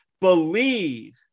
believe